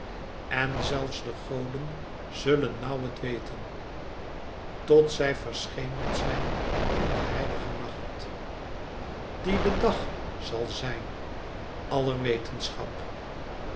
en zelfs de goden zullen nauw het weten tot zij verschemerd zijn in de heilige nacht die de dag zal zijn aller wetenschap